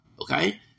Okay